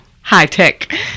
high-tech